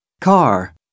Car